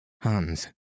Hans